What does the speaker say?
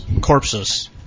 corpses